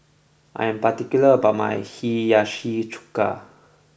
I am particular about my Hiyashi Chuka